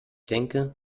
denke